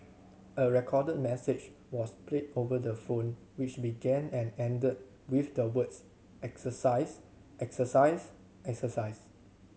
a recorded message was played over the phone which began and ended with the words exercise exercise exercise